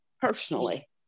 personally